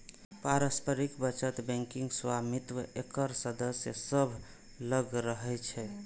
पारस्परिक बचत बैंकक स्वामित्व एकर सदस्य सभ लग रहै छै